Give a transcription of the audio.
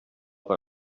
per